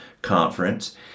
conference